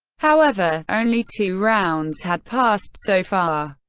however, only two rounds had passed so far.